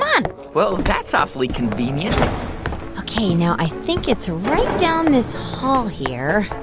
on well, that's awfully convenient ok. now, i think it's right down this hall here.